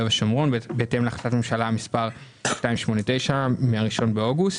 ושומרון בהתאם להחלטת ממשלה מס' 289 מ-1 באוגוסט.